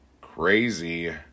crazy